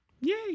Yay